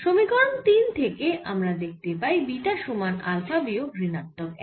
সমীকরণ তিন থেকে আমরা দেখতে পাই বিটা সমান আলফা বিয়োগ ঋণাত্মক এক